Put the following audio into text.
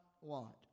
want